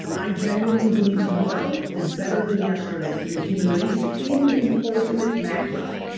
i generally believe tomorrow is better than yesterday in the human race in the ultimate macro